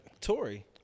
Tory